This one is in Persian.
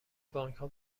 بانکها